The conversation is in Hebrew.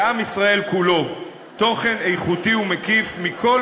לעם ישראל כולו תוכן איכותי ומקיף בכל